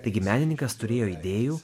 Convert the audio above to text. taigi menininkas turėjo idėjų